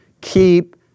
keep